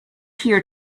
here